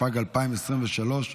התשפ"ג 2023,